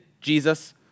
Jesus